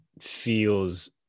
feels